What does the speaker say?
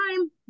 time